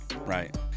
Right